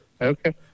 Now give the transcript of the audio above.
Okay